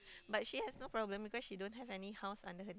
but she has no problem because she don't know have any house under her